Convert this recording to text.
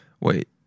Wait